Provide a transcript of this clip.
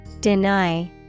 Deny